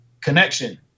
connection